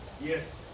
yes